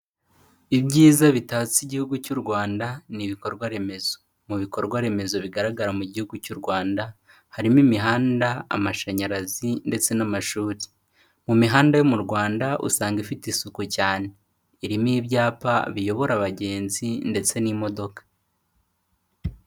Ibyiza bitatse igihugu cy'u Rwanda ni ibikorwa remezo, mu bikorwa remezo bigaragara mu gihugu cy'u Rwanda, harimo imihanda, amashanyarazi ndetse n'amashuri. Mu mihanda yo mu Rwanda usanga ifite isuku cyane, irimo ibyapa biyobora abagenzi ndetse n'imodoka.